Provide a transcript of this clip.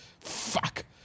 Fuck